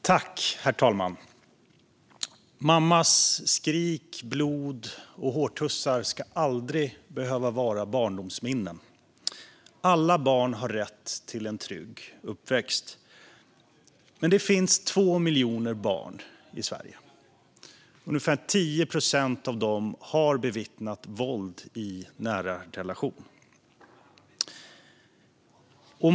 Herr talman! Mammas skrik, blod och hårtussar ska aldrig behöva vara barndomsminnen. Alla barn har rätt till en trygg uppväxt. Men det finns 2 miljoner barn i Sverige, och ungefär 10 procent av dem har bevittnat våld i nära relation.